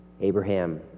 Abraham